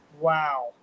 Wow